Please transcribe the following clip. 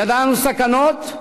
ידענו סכנות,